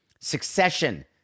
succession